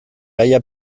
gaia